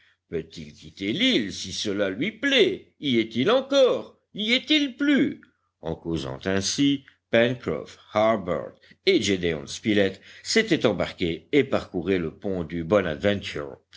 quitter l'île si cela lui plaît y est-il encore n'y est-il plus en causant ainsi pencroff harbert et gédéon spilett s'étaient embarqués et parcouraient le pont du